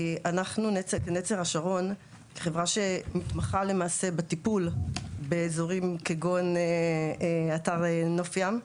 אנחנו נצר השרון כחברה שמתמחה למעשה בטיפול באזורים כגון אתר נוף ים,